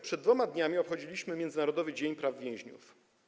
Przed dwoma dniami obchodziliśmy Międzynarodowy Dzień Praw Więźniów.